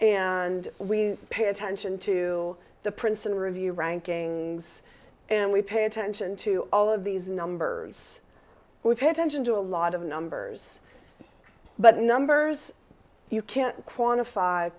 and we pay attention to the princeton review rankings and we pay attention to all of these numbers we pay attention to a lot of numbers but numbers you can't quantify